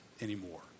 anymore